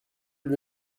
lui